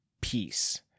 peace